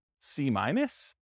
C-minus